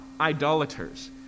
idolaters